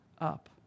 up